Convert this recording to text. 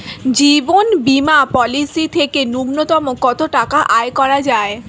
জীবন বীমা পলিসি থেকে ন্যূনতম কত টাকা আয় করা যায়?